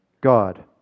God